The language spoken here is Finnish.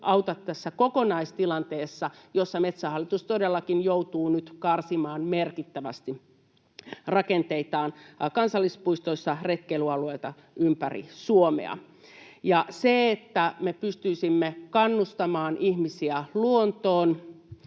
auta tässä kokonaistilanteessa, jossa Metsähallitus todellakin joutuu nyt karsimaan merkittävästi rakenteitaan kansallispuistoissa retkeilyalueilta ympäri Suomea. Se, että me pystyisimme kannustamaan ihmisiä luontoon,